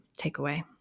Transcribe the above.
takeaway